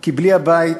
כי בלי הבית